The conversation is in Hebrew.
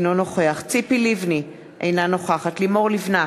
אינו נוכח ציפי לבני, אינה נוכחת לימור לבנת,